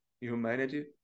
humanity